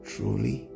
Truly